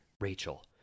Rachel